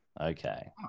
Okay